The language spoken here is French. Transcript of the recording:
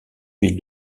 ville